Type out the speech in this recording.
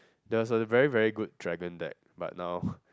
there was a very very good dragon deck but now